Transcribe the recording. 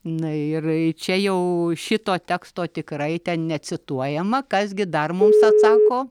na ir čia jau šito teksto tikrai ten necituojama kas gi dar mums atsako